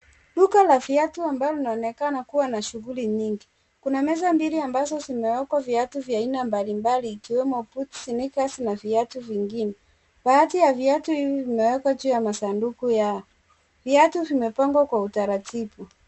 Duka la viatu ambalo linaonekana kuwa na shughuli nyingi. Kuna meza mbili ambazo zimewekwa viatu vya aina mbalimbali ikiwemo boots, sneakers na viatu vingine. Baadhi ya viatu hivi vimewekwa juu ya masanduku yao. Viatu vimepangwa kwa utaratibu.